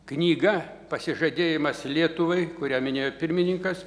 knygą pasižadėjimas lietuvai kurią minėjo pirmininkas